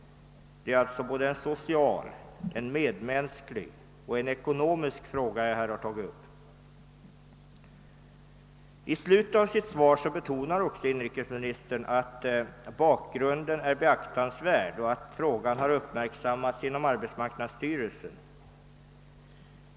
Det är alltså en social, en medmänsklig och en ekonomisk fråga som jag här har tagit upp. I slutet av sitt svar betonade inrikesministern att bakgrunden är beaktansvärd och att frågan har uppmärksammats inom <arbetsmarknadsstyrelsen.